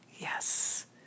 Yes